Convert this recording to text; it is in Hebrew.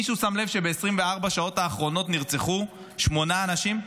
מישהו שם לב שב-24 השעות האחרונות נרצחו שמונה אנשים?